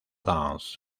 dance